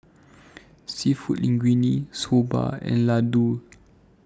Seafood Linguine Soba and Ladoo